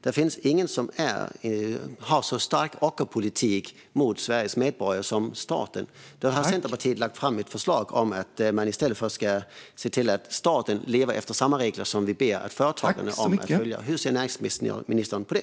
Det finns ingen som bedriver så stark ockerpolitik gentemot Sveriges medborgare som staten. Centerpartiet har lagt fram ett förslag om att man ska se till att staten lever efter samma regler som vi vill att företagarna ska följa. Hur ser näringsministern på det?